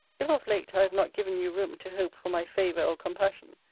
if of late i have not given you room to hope for my favour or compassion,